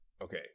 okay